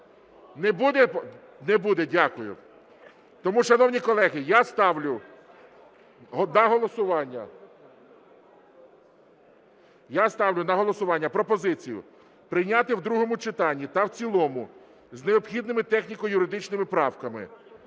Не буде, дякую. Тому, шановні колеги, я ставлю на голосування. Я ставлю на голосування пропозицію прийняти в другому читанні та в цілому з необхідними техніко-юридичними правками